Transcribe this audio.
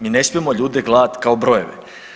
Mi ne smijemo ljude gledati kao brojeve.